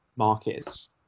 markets